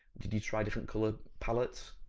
did you try different colour palettes?